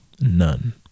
None